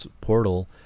Portal